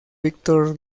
víctor